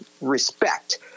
respect